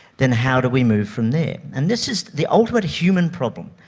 then how do we move from there? and this is the ultimate human problem,